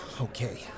Okay